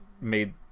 made